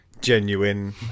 genuine